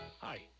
Hi